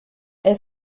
est